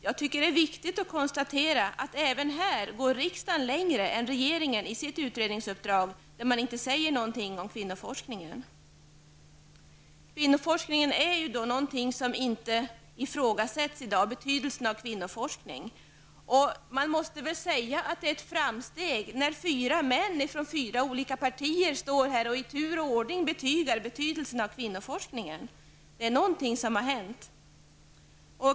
Jag tycker det är viktigt att konstatera att riksdagen även här går längre än regeringen i sitt utredningsuppdrag, där man inte säger någonting om kvinnoforskningen. Betydelsen av kvinnoforskning är inget som ifrågasätts i dag. Man måste väl säga att det är ett framsteg när fyra män från fyra olika partier i tur och ordning betygar betydelsen av kvinnoforskning. Det är någonting som har hänt.